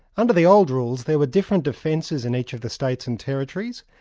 under the old rules there were different defences in each of the states and territories,